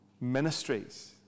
ministries